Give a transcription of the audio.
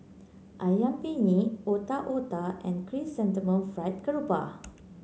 ayam penyet Otak Otak and Chrysanthemum Fried Grouper